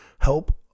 help